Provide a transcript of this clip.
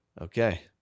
Okay